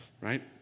right